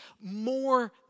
more